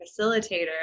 facilitator